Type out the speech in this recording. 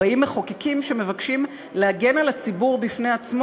באים מחוקקים שמבקשים להגן על הציבור מפני עצמו